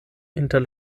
inter